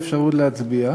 יש לו עכשיו עוד נושא להציג,